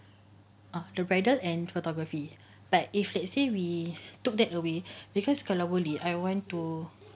uh the bridal and photography but if let's say we took that away because kalau boleh I want to